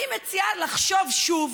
אני מציעה לחשוב שוב,